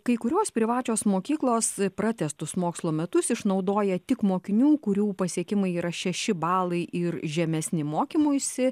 kai kurios privačios mokyklos pratęstus mokslo metus išnaudoja tik mokinių kurių pasiekimai yra šeši balai ir žemesni mokymuisi